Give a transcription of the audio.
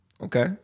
Okay